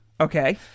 Okay